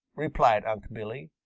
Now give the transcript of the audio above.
replied unc' billy,